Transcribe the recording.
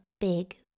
big